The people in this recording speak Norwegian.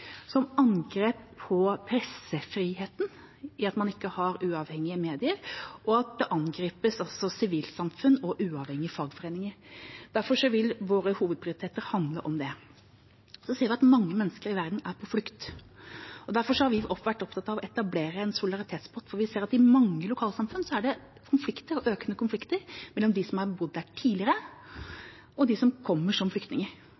pressefriheten, ved at man ikke har uavhengige medier, og at også sivilsamfunn og uavhengige fagforeninger angripes. Derfor vil våre hovedprioriteter handle om det. Så ser vi at mange mennesker i verden er på flukt. Derfor har vi vært opptatt av å etablere en solidaritetspott, for vi ser at i mange lokalsamfunn er det konflikter, økende konflikter, mellom de som har bodd der tidligere, og de som kommer som flyktninger.